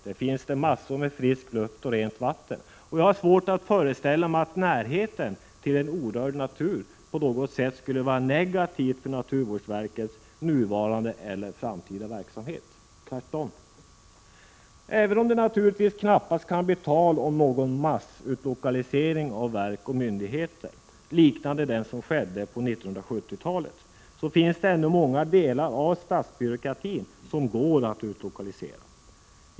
Där finns det massor med frisk luft och rent vatten. Jag har svårt att föreställa mig att närheten till en orörd natur på något sätt skulle vara negativ för naturvårdsverkets nuvarande eller framtida verksamhet, tvärtom. Även om det naturligtvis knappast kan bli tal om någon massutlokalisering av verk och myndigheter, liknande den som skedde på 1970-talet, finns det ännu många delar av statsbyråkratin som går att utlokalisera.